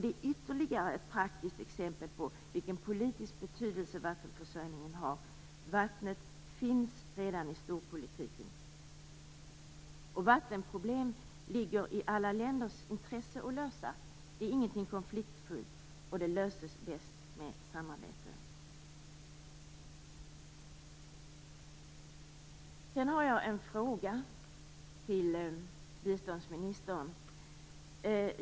Det är ytterligare ett praktiskt exempel på vilken politisk betydelse vattenförsörjningen har. Vattnet finns redan i storpolitiken. Vattenproblem ligger i alla länders intresse att lösa - det är ingenting konfliktfyllt - och de löses bäst med samarbete. Jag har en fråga till biståndsministern.